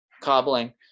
cobbling